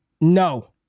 No